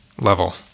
level